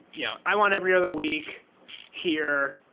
yeah i want every other week here,